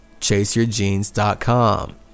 ChaseYourgenes.com